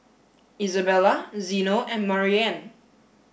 Isabella Zeno and Marianne